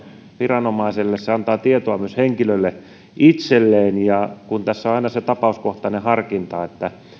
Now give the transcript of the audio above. viranomaiselle se antaa tietoa myös henkilölle itselleen ja kun tässä on aina se tapauskohtainen harkinta